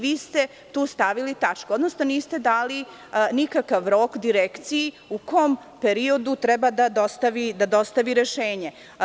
Vi ste tu stavili tačku, odnosno niste da li nikakav rok Direkciji u kom periodu treba da dostavi rešenje.